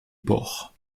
porc